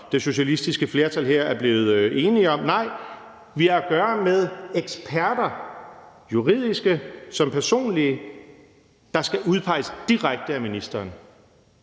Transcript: det socialistiske flertal her er blevet enige om, nej, vi har at gøre med eksperter – juridiske som personlige – der skal udpeges direkte af ministeren.